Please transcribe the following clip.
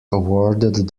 awarded